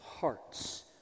hearts